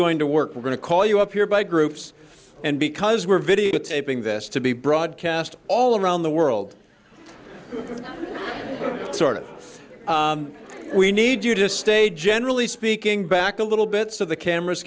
going to work we're going to call you up here by groups and because we're videotaping this to be broadcast all around the world sort of we need you to stay generally speaking back a little bit so the cameras